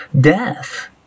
death